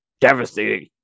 devastating